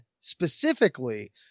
specifically